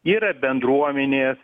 yra bendruomenės